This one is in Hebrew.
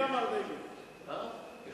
ההצעה להעביר את הצעת חוק שירות המדינה (גמלאות) (תיקון מס' 53),